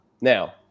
Now